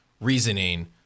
reasoning